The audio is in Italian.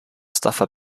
stoffa